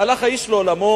הלך האיש לעולמו,